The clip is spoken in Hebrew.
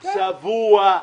צבוע,